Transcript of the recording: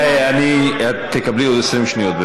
כן, את תקבלי עוד 20 שניות.